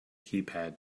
keypad